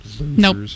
Nope